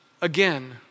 again